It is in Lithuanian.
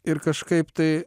ir kažkaip tai